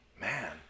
man